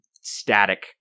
static